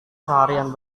seharian